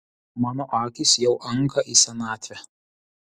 mano akys jau anka į senatvę